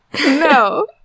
No